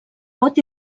pot